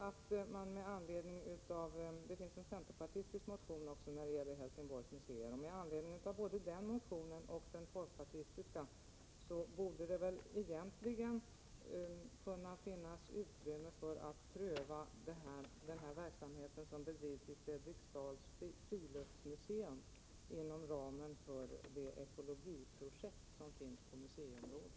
Det gäller Helsingborgs museer. Både centerpartiet och folkpartiet har väckt motioner. Det borde finnas utrymme att pröva den verksamhet som bedrivs vid Fredriksdals friluftsmuseum, inom ramen för ekologiprojektet på museiområdet.